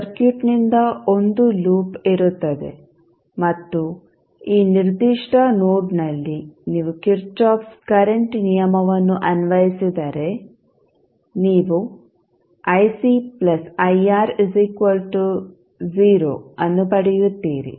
ಸರ್ಕ್ಯೂಟ್ನಿಂದ ಒಂದು ಲೂಪ್ ಇರುತ್ತದೆ ಮತ್ತು ಈ ನಿರ್ದಿಷ್ಟ ನೋಡ್ನಲ್ಲಿ ನೀವು ಕಿರ್ಚಾಫ್ಸ್ ಕರೆಂಟ್Kirchhoffs current ನಿಯಮವನ್ನು ಅನ್ವಯಿಸಿದರೆ ನೀವು ಅನ್ನು ಪಡೆಯುತ್ತೀರಿ